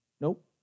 Nope